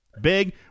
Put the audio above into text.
big